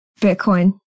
Bitcoin